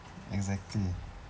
exactly